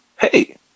hey